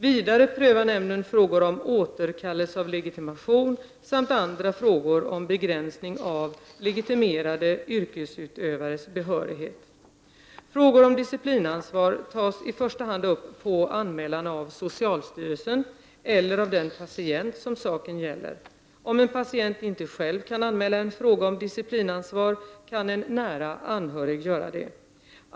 Vidare prövar nämnden frågor om återkallelse av legitimation samt andra frågor om begränsning av legitimerade yrkesutövares behörighet. Frågor om disciplinansvar tas i första hand upp på anmälan av socialstyrelsen eller av den patient som saken gäller. Om en patient inte själv kan anmäla en fråga om disciplinansvar kan en nära anhörig göra det.